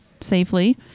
safely